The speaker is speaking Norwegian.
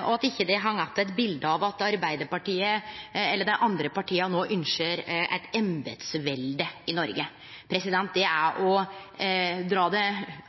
og at det ikkje heng att eit bilete av at Arbeidarpartiet eller dei andre partia no ynskjer eit embetsvelde i Noreg. Det er å dra det